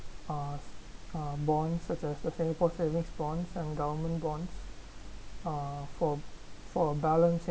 uh uh bonds such as the Singapore Savings Bonds and government bonds uh for for balancing